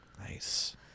Nice